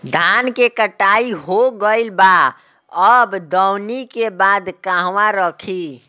धान के कटाई हो गइल बा अब दवनि के बाद कहवा रखी?